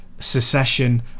Secession